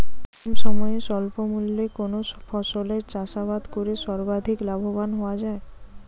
কম সময়ে স্বল্প মূল্যে কোন ফসলের চাষাবাদ করে সর্বাধিক লাভবান হওয়া য়ায়?